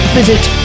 visit